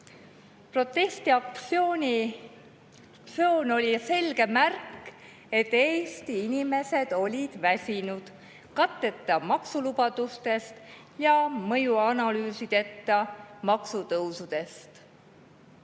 Protestiaktsioon oli selge märk, et Eesti inimesed olid väsinud katteta maksulubadustest ja mõjuanalüüsideta maksutõusudest